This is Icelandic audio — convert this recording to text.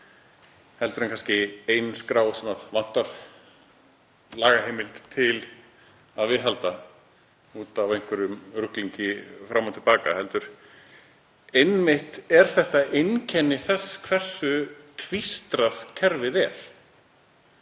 samhengi en kannski eina skrá sem vantar lagaheimild til að viðhalda út af einhverjum ruglingi fram og til baka, heldur er þetta einmitt einkenni þess hversu tvístrað kerfið er.